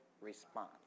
response